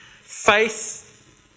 Faith